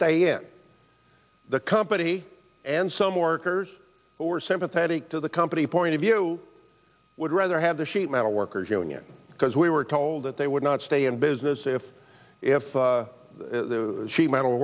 stay in the company and some orders were sympathetic to the company point of view i would rather have the sheet metal workers union because we were told that they would not stay in business if if the sheet metal